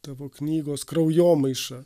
tavo knygos kraujomaiša